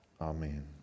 Amen